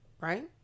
right